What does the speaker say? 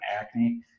acne